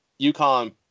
UConn